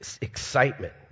excitement